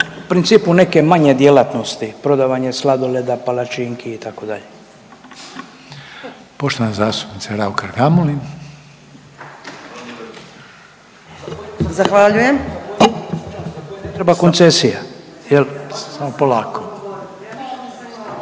u principu neke manje djelatnosti prodavanje sladoleda, palačinki itd.